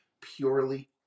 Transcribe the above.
purely